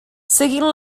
seguint